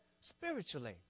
spiritually